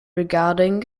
regarding